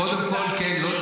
קודם כול, כן.